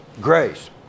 Grace